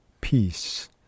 peace